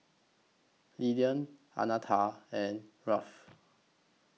Lillian Annetta and Ralph